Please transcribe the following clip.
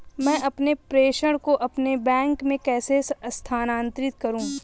मैं अपने प्रेषण को अपने बैंक में कैसे स्थानांतरित करूँ?